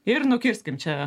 ir nukirskim čia